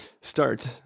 start